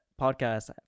podcast